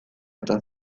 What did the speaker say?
eta